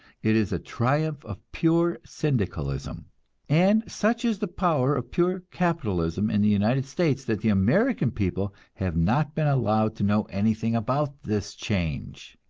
it is a triumph of pure syndicalism and such is the power of pure capitalism in the united states that the american people have not been allowed to know anything about this change.